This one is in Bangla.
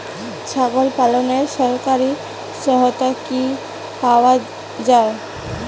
ছাগল পালনে সরকারি সহায়তা কি পাওয়া যায়?